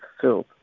fulfilled